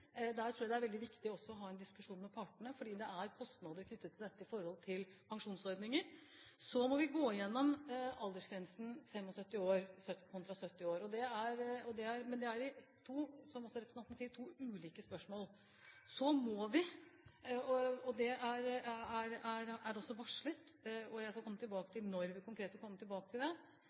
Der tror jeg det er veldig viktig også å ha en diskusjon med partene, fordi det er kostnader knyttet til dette for pensjonsordningen. Så må vi gå igjennom aldersgrensen på 75 år kontra 70 år. Det er, som også representanten sier, to ulike spørsmål. Så må vi komme tilbake til særaldersgrensene. Det er også varslet, og jeg skal komme tilbake til når vi konkret kan komme tilbake til det